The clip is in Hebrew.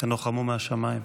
תנוחמו מהשמיים.